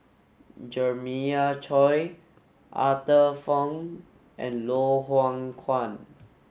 Jeremiah Choy Arthur Fong and Loh Hoong Kwan